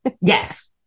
Yes